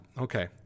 okay